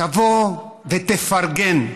תבוא ותפרגן.